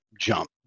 jump